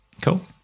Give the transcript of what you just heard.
Cool